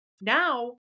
now